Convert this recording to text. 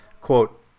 Quote